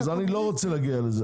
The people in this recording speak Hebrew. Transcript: אני לא רוצה להגיע לזה.